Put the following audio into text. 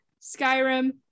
Skyrim